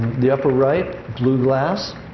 the upper right, blue glass,